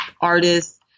artists